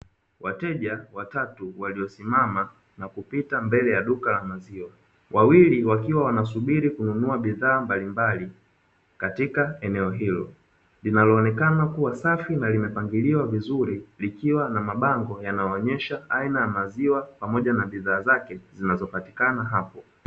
Wateja watatu waliosimama na kupita mbele ya duka la maziwa, wawili wakiwa wanasubiri kununua bidhaa mbalimbali katika eneo hilo linaloonekana kuwa safi na limepangiliwa vizuri, likiwa na mabango yanayoonyesha aina ya amaziwa pamoja na bidhaa zake zinazopatikana hapo.